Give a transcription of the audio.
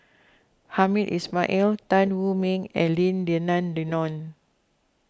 Hamed Ismail Tan Wu Meng and Lim Denan Denon